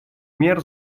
мер